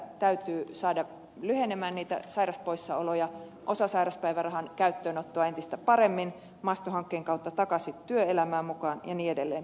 täytyy saada lyhenemään niitä sairauspoissaoloja osasairauspäivärahan käyttöönottoa entistä paremmin masto hankkeen kautta takaisin työelämään mukaan ja niin edelleen